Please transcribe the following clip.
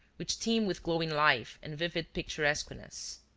which teem with glowing life and vivid picturesqueness.